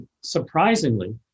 surprisingly